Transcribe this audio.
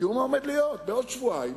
תראו מה עומד להיות: בעוד שבועיים